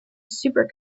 super